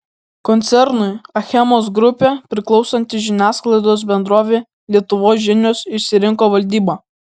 koncernui achemos grupė priklausanti žiniasklaidos bendrovė lietuvos žinios išsirinko valdybą